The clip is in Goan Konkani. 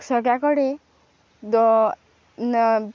सगळ्या कडेन